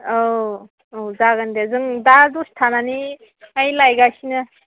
औ जागोन दे जों दा दसे थानानै दायो लायगासिनो